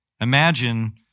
Imagine